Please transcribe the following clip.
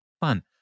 fun